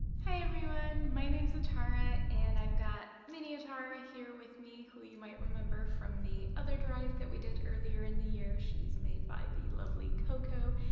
hi everyone, my name's atara and i've got mini atara here with me who you might remember from the other drive that we did earlier in the year. she's made by the lovely coco,